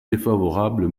défavorable